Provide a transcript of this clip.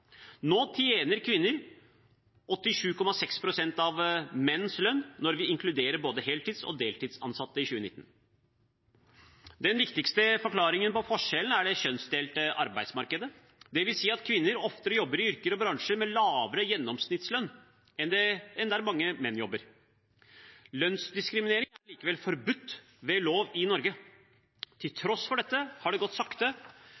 Nå tjener kvinner 87,6 pst. av menns lønn når vi inkluderer både heltids- og deltidsansatte i 2019. Den viktigste forklaringen på forskjellen er det kjønnsdelte arbeidsmarkedet, dvs. at kvinner oftere jobber i yrker og bransjer med lavere gjennomsnittslønn enn der mange menn jobber. Lønnsdiskriminering er forbudt ved lov i Norge. Til tross for dette har det